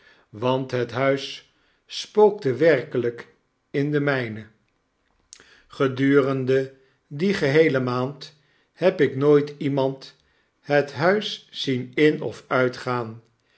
want het huis spookte werkelp indenmijnen gedurende die geheele maand heb ik nooit iemand het huis zien in of uitgaan